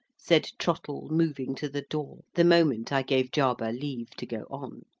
said trottle, moving to the door, the moment i gave jarber leave to go on.